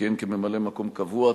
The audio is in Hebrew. שכיהן כממלא-מקום קבוע,